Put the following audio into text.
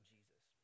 Jesus